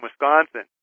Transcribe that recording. Wisconsin